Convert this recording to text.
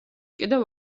კიდევ